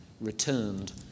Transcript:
returned